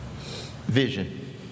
vision